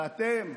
ואתם,